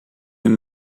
hun